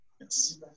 Yes